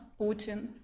Putin